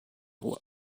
roi